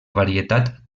varietat